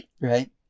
right